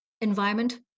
environment